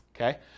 Okay